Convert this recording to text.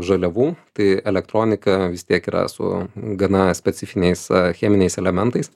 žaliavų tai elektronika vis tiek yra su gana specifiniais cheminiais elementais